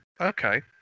okay